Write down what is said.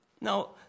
Now